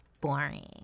boring